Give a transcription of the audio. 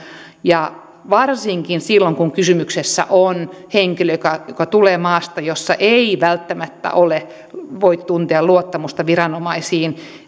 ja varsinkin silloin kun kysymyksessä on henkilö joka joka tulee maasta jossa ei välttämättä voi tuntea luottamusta viranomaisiin